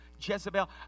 Jezebel